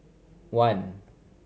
one